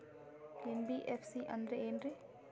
NBFC ಅಂದ್ರ ಏನ್ರೀ?